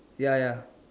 ya ya